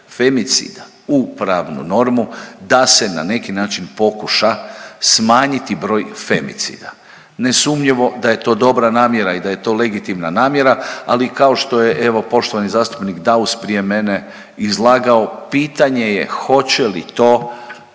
u pravnu normu da se na neki način pokuša smanjiti broj femicida. Nesumnjivo da je to dobra namjera i da je to legitimna namjera, ali i kao što je evo poštovani zastupnik Daus prije mene izlagao pitanje je hoće li to